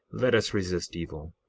let us resist evil,